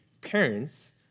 parents